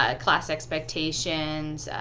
ah class expectations,